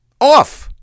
off